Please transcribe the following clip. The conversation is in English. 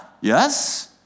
Yes